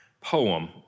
poem